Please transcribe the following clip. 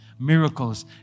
Miracles